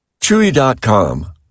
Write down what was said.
Chewy.com